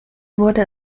wurde